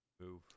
move